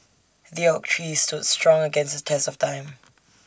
the oak tree stood strong against the test of time